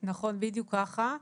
נכון, בדיוק ככה.